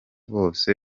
bose